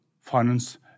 finance